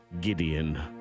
Gideon